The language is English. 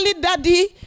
Daddy